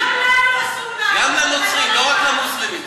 גם לנו אסור, גם לנוצרים, לא רק למוסלמים.